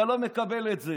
אתה לא מקבל את זה,